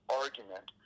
argument